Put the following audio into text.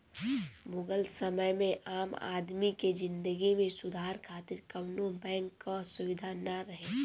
मुगल समय में आम आदमी के जिंदगी में सुधार खातिर कवनो बैंक कअ सुबिधा ना रहे